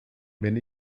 wenn